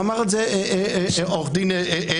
ואמר את זה עורך דין אברמזון,